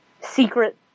secret